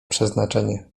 przeznaczenie